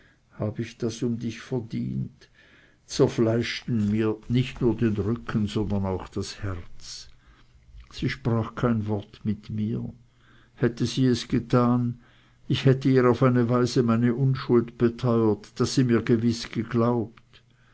hab ich das um dich verdient zerfleischten mir nicht nur den rücken sondern auch das herz sie sprach kein wort zu mir hätte sie es getan ich hätte ihr auf eine weise meine unschuld beteuert daß sie mir gewiß geglaubt